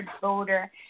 voter